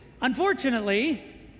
Unfortunately